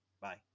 Bye